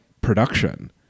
production